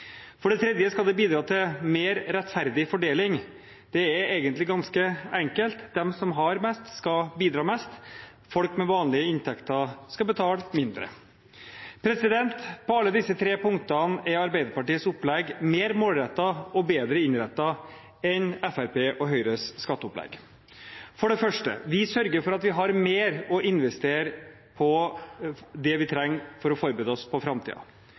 For det tredje skal det bidra til en mer rettferdig fordeling. Det er egentlig ganske enkelt. De som har mest, skal bidra mest. Folk med vanlige inntekter, skal betale mindre. På alle disse tre punktene er Arbeiderpartiets opplegg mer målrettet og bedre innrettet enn Fremskrittspartiet og Høyres skatteopplegg, for vi sørger for at vi har mer å investere på det vi trenger for å forberede oss på